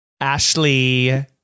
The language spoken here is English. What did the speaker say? Ashley